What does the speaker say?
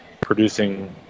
producing